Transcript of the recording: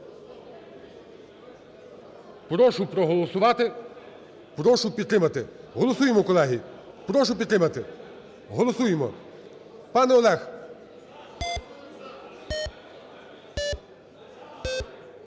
Прошу проголосувати, прошу підтримати, голосуємо, колеги. Прошу підтримати, голосуємо. Пане Олег.